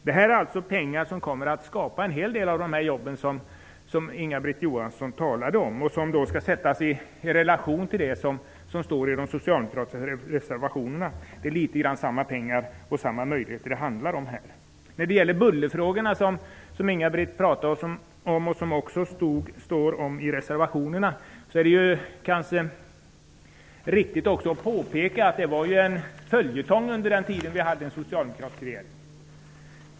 Det här är alltså pengar som kommer att skapa en hel del av de jobb som Inga-Britt Johansson talade om och som då skall sättas i relation till det som står i de socialdemokratiska reservationerna. Det är litet grand samma pengar och samma möjligheter det handlar om. När det gäller bullerfrågor, som Inga-Britt Johansson pratade om och som det också står om i reservationerna, är det kanske riktigt att påpeka att dessa frågor var en följetong under den tid vi hade en socialdemokratisk regering.